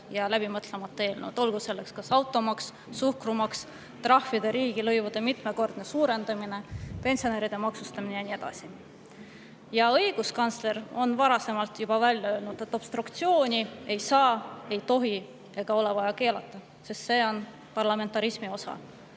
ja läbimõtlemata eelnõud, olgu [nende sisuks] kas automaks, suhkrumaks, trahvide ja riigilõivude mitmekordne suurendamine või pensionäride maksustamine. Õiguskantsler on varasemalt juba öelnud, et obstruktsiooni ei saa, ei tohi ega ole vaja keelata, sest see on parlamentarismi osa.